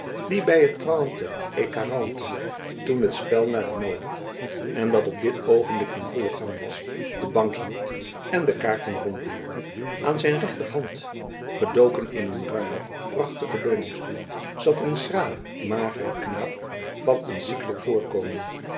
die bij het trente et quarante toen het spel naar de mode en dat op dit oogenblik in vollen gang was de bank hield en de kaarten ronddeelde aan zijn rechterhand gedoken in een ruimen prachtigen leuningstoel zat een schrale magere knaap van een ziekelijk voorkomen